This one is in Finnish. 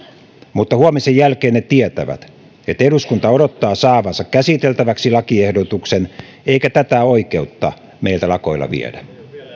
mutta huomisen jälkeen ne tietävät että eduskunta odottaa saavansa käsiteltäväksi lakiehdotuksen eikä tätä oikeutta meiltä lakoilla viedä